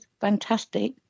fantastic